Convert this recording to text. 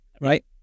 right